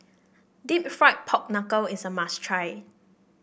deep fried Pork Knuckle is a must try